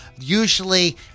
usually